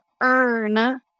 earn